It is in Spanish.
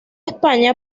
españa